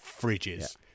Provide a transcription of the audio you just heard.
fridges